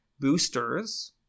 boosters